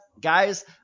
guys